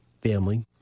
Family